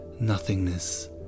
nothingness